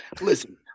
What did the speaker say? listen